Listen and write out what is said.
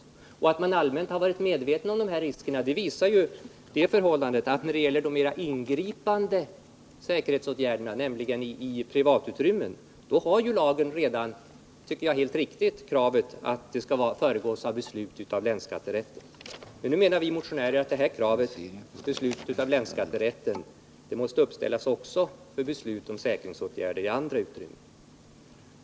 Och att man allmänt har varit medveten om riskerna visar ju det förhållandet att då det gäller de mera ingripande säkringsåtgärderna, nämligen i privatutrymmen, har lagen redan — helt riktigt, tycker jag — kravet att åtgärderna skall föregås av beslut av länsskatterätt. Men nu menar vi motionärer att kravet på beslut av länsskatterätt måste uppställas också för beslut om säkrings åtgärder i andra utrymmen.